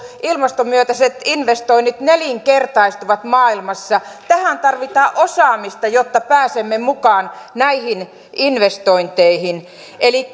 ilmaston myötäiset investoinnit nelinkertaistuvat maailmassa tähän tarvitaan osaamista jotta pääsemme mukaan näihin investointeihin eli